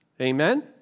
Amen